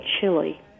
chili